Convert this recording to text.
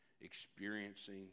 experiencing